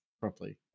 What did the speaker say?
properly